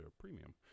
premium